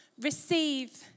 receive